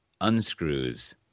unscrews